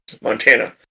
Montana